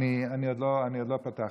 אם בג"ץ,